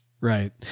Right